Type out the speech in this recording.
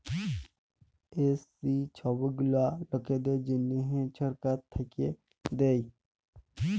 SC ছব গুলা লকদের জ্যনহে ছরকার থ্যাইকে দেয়